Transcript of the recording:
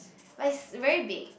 but it's very big